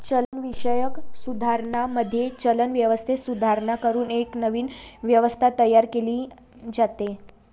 चलनविषयक सुधारणांमध्ये, चलन व्यवस्थेत सुधारणा करून एक नवीन व्यवस्था तयार केली जाते